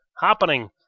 happening